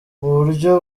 buryo